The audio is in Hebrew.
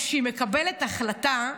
כשהיא מקבלת החלטה,